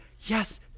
yes